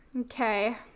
Okay